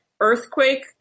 earthquake